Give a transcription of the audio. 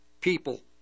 people